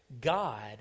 God